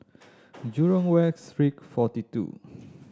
Jurong West Street Forty Two